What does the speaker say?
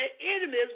enemies